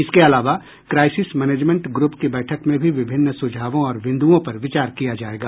इसके अलावा crisis management group की बैठक में भी विभिन्न सुझाओं और बिंदुओं पर विचार किया जायेगा